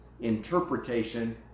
interpretation